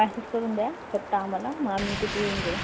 message करून द्या फक्त आम्हाला मग आम्ही तिथे येऊन जाऊ